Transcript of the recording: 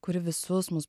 kuri visus mus